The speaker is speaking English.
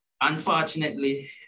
unfortunately